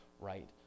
right